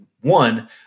one